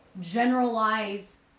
generalized